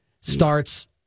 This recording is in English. starts